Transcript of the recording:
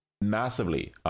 massively